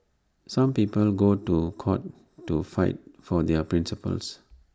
some people go to court to fight for their principles